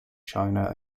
china